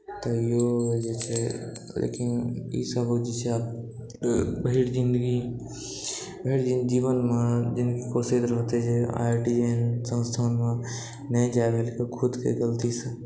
तैयो जे छै लेकिन ई सबक जे छै भरि जिन्दगी भरि जीवनमे जिन्दगी कोसैत रहतै जे आइ आइ टी जेहेन संस्थानमे नहि जाए भेल खुदके गलतीसँ